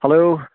hello